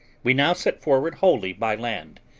we now set forward wholly by land,